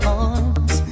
arms